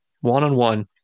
one-on-one